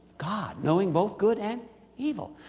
god, knowing both good and evil.